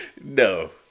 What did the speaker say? No